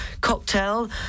cocktail